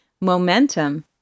Momentum